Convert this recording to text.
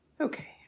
Okay